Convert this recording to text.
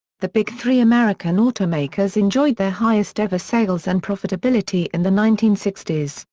the big three american automakers enjoyed their highest ever sales and profitability in the nineteen sixty s,